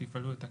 שתפעלו את הקרן.